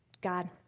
God